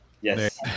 Yes